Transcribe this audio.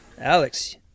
alex